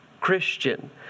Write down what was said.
Christian